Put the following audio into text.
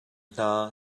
hna